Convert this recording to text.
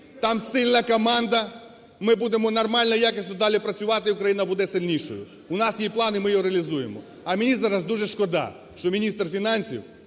Там сильна команда, ми будемо нормально, якісно далі працювати, Україна буде сильнішою. У нас є план, і ми його реалізуємо. А мені зараз дуже шкода, що міністр фінансів